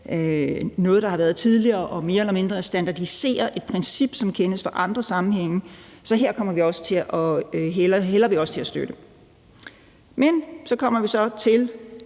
noget, der har været der tidligere, og mere eller mindre at standardisere et princip, som kendes fra andre sammenhænge. Så her hælder vi også til at støtte det. Men så kommer vi så til,